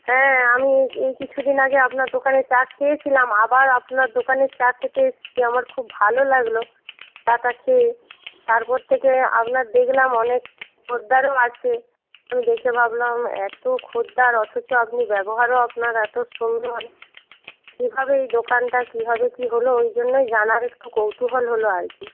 হ্যাঁ আমি এই কিছুদিন আগে আপনার দোকানে চা খেয়েছিলাম আবার আপনার দোকানে চা খেতে এসেছি আমার খুব ভালো লাগল চা টা খেয়ে তারপর থেকে আপনার দেখলাম অনেক খদ্দেরও আছে আমি দেখে ভাবলাম এত খদ্দের অথচ আপনি ব্যবহারও আপনার এত সুন্দর কীভাবে এই দোকানটা কীভাবে কী হলো ওই জন্যই জানার একটু কৌতূহল হলো আর কি